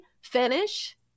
finish